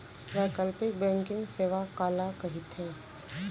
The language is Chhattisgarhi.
वैकल्पिक बैंकिंग सेवा काला कहिथे?